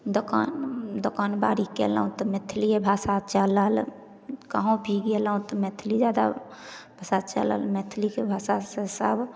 दोकान दोकानबारी कएलहुँ तऽ मैथिलिए भाषा चलल कहुँ भी गेलहुँ तऽ मैथिलिए जादा भाषा चलल मैथिलीके भाषासे सभ